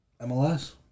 MLS